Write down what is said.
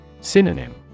Synonym